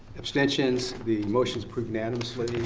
abstentions? the motion's approved unanimously.